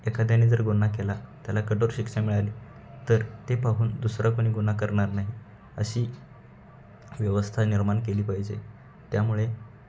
एखाद्याने जर गुन्हा केला त्याला कठोर शिक्षा मिळाली तर ते पाहून दुसरा कोणी गुन्हा करणार नाही अशी व्यवस्था निर्माण केली पाहिजे त्यामुळे